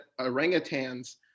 orangutans